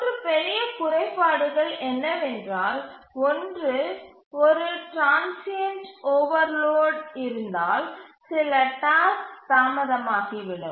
மூன்று பெரிய குறைபாடுகள் என்னவென்றால் ஒன்று ஒரு டிரான்ஸ்சியன்ட் ஓவர்லோட் இருந்தால் சில டாஸ்க் தாமதமாகிவிடும்